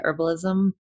herbalism